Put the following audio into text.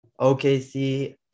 OKC